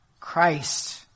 Christ